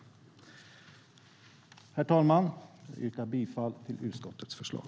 Herr talman! Jag yrkar bifall till utskottets förslag.